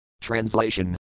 Translation